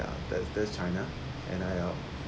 that's that's china and I